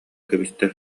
кэбистэ